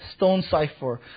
Stonecipher